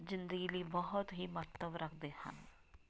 ਜ਼ਿੰਦਗੀ ਲਈ ਬਹੁਤ ਹੀ ਮਹੱਤਵ ਰੱਖਦੇ ਹਨ